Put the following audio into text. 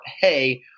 hey